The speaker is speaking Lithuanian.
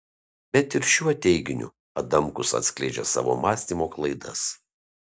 bet ir šiuo teiginiu adamkus atskleidžia savo mąstymo klaidas